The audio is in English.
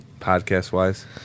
podcast-wise